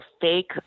fake